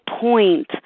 point